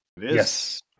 Yes